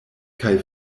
kaj